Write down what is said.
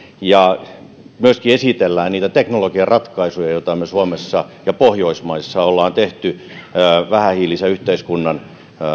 ja myöskin esitellään niitä teknologiaratkaisuja joita me suomessa ja pohjoismaissa olemme tehneet vähähiilisen yhteiskunnan